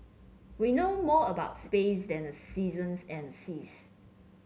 we know more about space than the seasons and seas